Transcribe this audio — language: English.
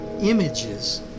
images